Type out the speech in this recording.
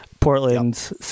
Portland